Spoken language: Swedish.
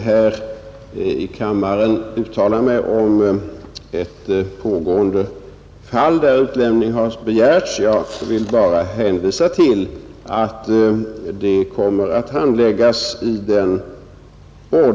Herr talman!